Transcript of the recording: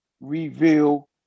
reveal